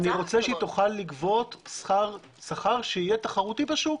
אני רוצה שהיא תוכל לגבות שכר שיהיה תחרותי בשוק.